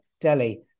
Delhi